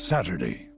Saturday